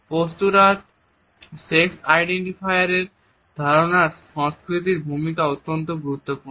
পস্তুরাল sex identifier এর ধারণায় সংস্কৃতির ভূমিকা অত্যন্ত গুরুত্বপূর্ণ